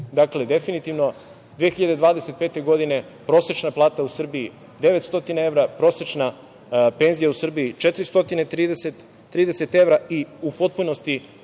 dakle, definitivno 2025. godine prosečna plata u Srbiji 900 evra, prosečna penzija u Srbiji 430 evra i u potpunosti